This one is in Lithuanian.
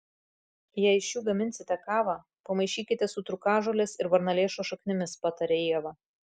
jei iš jų gaminsite kavą pamaišykite su trūkažolės ir varnalėšos šaknimis pataria ieva